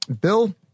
Bill